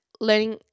learning